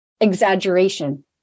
exaggeration